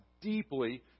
deeply